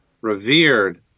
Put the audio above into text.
revered